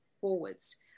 forwards